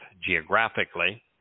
geographically